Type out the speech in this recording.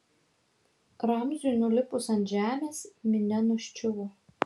ramziui nulipus ant žemės minia nuščiuvo